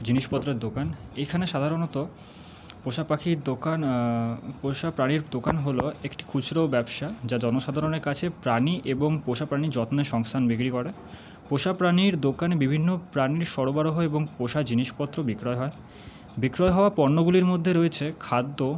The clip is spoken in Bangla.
জিনিসপত্রের দোকান এইখানে সাধারণত পোষা পাখির দোকান পোষা প্রাণীর দোকান হল একটি খুচরো ব্যবসা যা জনসাধারণের কাছে প্রাণী এবং পোষা প্রাণীর যত্নে সংস্থান বিক্রি করে পোষা প্রাণীর দোকানে বিভিন্ন প্রাণী সরবরাহ এবং পোষা জিনিসপত্র বিক্রয় হয় বিক্রয় হওয়া পণ্যগুলির মধ্যে রয়েছে খাদ্য